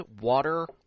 water